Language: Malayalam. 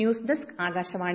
news desk Akashvani